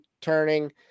turning